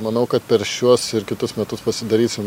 manau kad per šiuos ir kitus metus pasidarysim